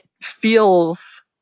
feels